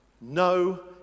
no